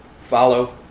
follow